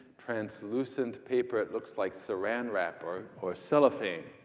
translucent paper it looks like saran wrap or or cellophane.